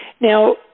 Now